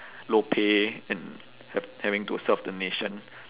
low pay and have having to serve the nation